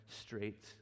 straight